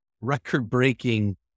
record-breaking